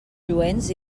lluents